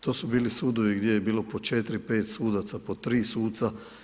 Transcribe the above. To su bili sudovi gdje je bilo po 4, 5 sudaca, po 3 suca.